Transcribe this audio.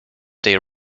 their